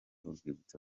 urwibutso